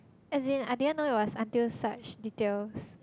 as in I didn't know it was until such details